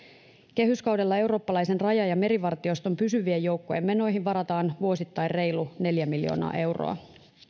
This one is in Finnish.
kehyskaudella eurooppalaisen raja ja merivartioston pysyvien joukkojen menoihin varataan vuosittain reilu neljä miljoonaa euroa